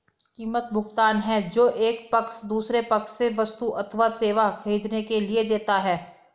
कीमत, भुगतान है जो एक पक्ष दूसरे पक्ष से वस्तु अथवा सेवा ख़रीदने के लिए देता है